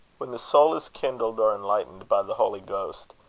when the soul is kindled or enlightened by the holy ghost,